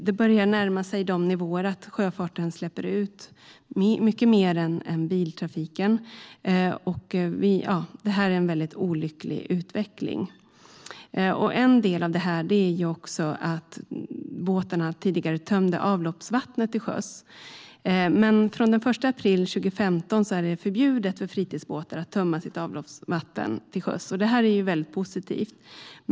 Det börjar närma sig sådana nivåer att sjöfarten släpper ut mycket mer än biltrafiken, och det är en olycklig utveckling. En del av det här är att båtarna tidigare tömde avloppsvattnet till sjöss. Från den 1 april 2015 är det förbjudet för fritidsbåtar att tömma sitt avloppsvatten till sjöss. Det är mycket positivt.